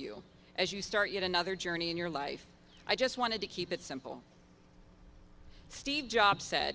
you as you start yet another journey in your life i just want to keep it simple steve jobs said